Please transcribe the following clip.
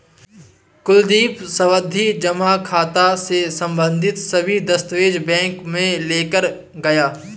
कुलदीप सावधि जमा खाता से संबंधित सभी दस्तावेज बैंक में लेकर गया